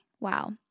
Wow